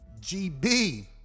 GB